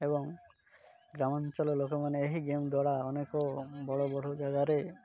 ଏବଂ ଗ୍ରାମାଞ୍ଚଳ ଲୋକମାନେ ଏହି ଗେମ୍ ଦରାା ଅନେକ ବଡ଼ ବଡ଼ ଜାଗାରେ